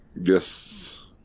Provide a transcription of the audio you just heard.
yes